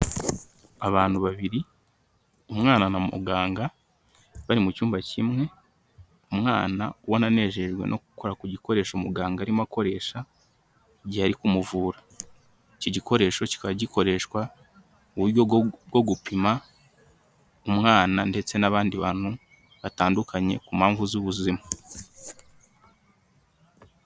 Abantu babiri umwana na muganga, bari mu cyumba kimwe umwana ubona anejejwe no gukora ku gikoresho umuganga arimo akoresha igihe ari kumuvura, iki gikoresho kikaba gikoreshwa mu buryo bwo gupima umwana ndetse n'abandi bantu batandukanye ku mpamvu z'ubuzima.